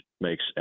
makes